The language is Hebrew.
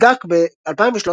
נבדק ב-2013-08-26.